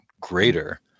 greater